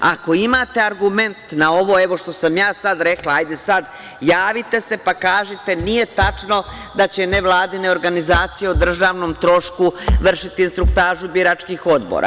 Ako imate argumente na ovo što sam ja sad rekla, ajde sad javite se, pa kažite – nije tačno da će nevladine organizacije o državnom trošku vršiti instruktažu biračkih odbora.